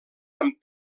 amb